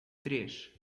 três